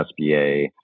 SBA